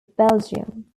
belgium